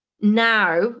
now